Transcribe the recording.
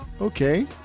Okay